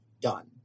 done